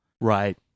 Right